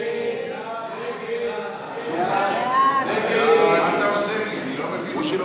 הצעת סיעת העבודה להביע אי-אמון בממשלה לא